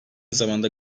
zamanda